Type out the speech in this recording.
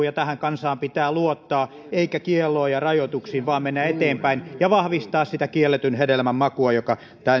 ja tähän kansaan pitää luottaa eikä pidä kielloin ja rajoituksin mennä eteenpäin ja vahvistaa sitä kielletyn hedelmän makua joka